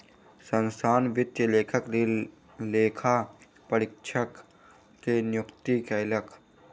संस्थान वित्तीय लेखाक लेल लेखा परीक्षक के नियुक्ति कयलक